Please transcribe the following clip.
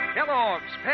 Kellogg's